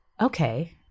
okay